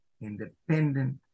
independent